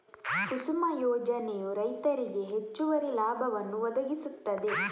ಕುಸುಮ ಯೋಜನೆಯು ರೈತರಿಗೆ ಹೆಚ್ಚುವರಿ ಲಾಭವನ್ನು ಒದಗಿಸುತ್ತದೆ